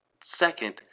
second